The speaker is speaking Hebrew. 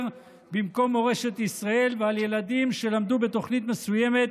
במקום מורשת ישראל ועל ילדים שלמדו בתוכנית מסוימת